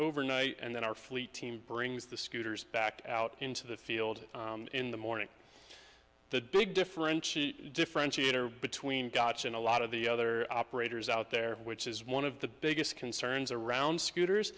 overnight and then our fleet team brings the scooters back out into the field in the morning the big differentiate differentiator between gotcha and a lot of the other operators out there which is one of the biggest concerns around scooters